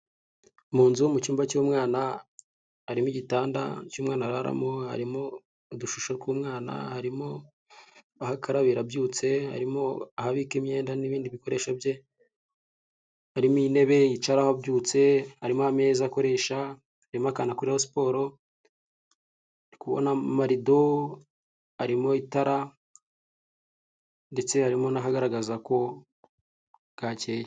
Mu nzu mu cyumba cy'umwana, harimo igitanda cy'umwana araramo, harimo udushusho tw'umwana, harimo aho akarabira abyutse, harimo aho abika imyenda n'ibindi bikoresho bye, harimo intebe yicaraho abyutse, harimo ameza akoresha, harimo akantu akoreraho siporo, ndi kubona amarido, harimo itara ndetse hari n'akagaragaza ko bwakeye.